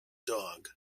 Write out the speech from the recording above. dogg